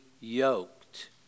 yoked